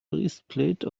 breastplate